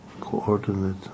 coordinate